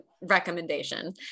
recommendation